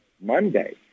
Monday